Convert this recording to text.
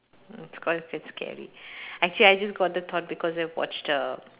it's quite a bit scary actually I just got the thought because I watch err